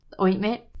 ointment